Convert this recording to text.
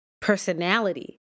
personality